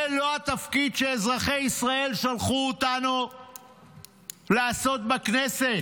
זה לא התפקיד שאזרחי ישראל שלחו אותנו לעשות בכנסת.